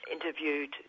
interviewed